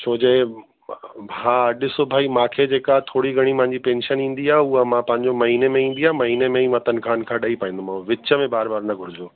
छो जे हा ॾिसो भाई मांखे जेका थोरी घणी मांजी पैंशन ईंदी आहे उहा मां पंहिंजो महीने में ईंदी आहे महीने में उहा तनख़ाह वनख़ाह ॾेई पाईंदुमि मां विच में बार बार न घुरिजो